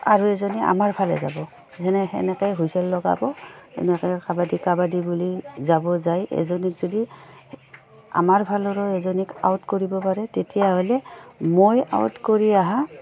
আৰু এজনী আমাৰ ফালে যাব যেনে তেনেকৈ হুইচেল লগাব তেনেকৈ কাবাডী কাবাডী বুলি যাব যায় এজনীক যদি আমাৰ ফালৰো এজনীক আউট কৰিব পাৰে তেতিয়াহ'লে মই আউট কৰি অহা